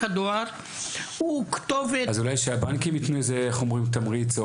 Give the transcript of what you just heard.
הדואר הוא כתובת --- אז אולי שהבנקים יתנו תמריץ.